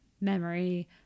memory